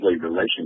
relationship